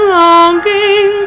longing